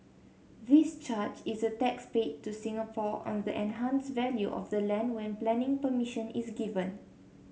this charge is a tax paid to Singapore on the enhanced value of the land when planning permission is given